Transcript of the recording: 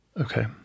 Okay